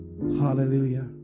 Hallelujah